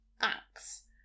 acts